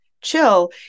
chill